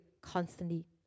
constantly